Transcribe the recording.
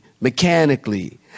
Mechanically